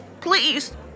please